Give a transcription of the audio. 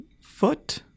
foot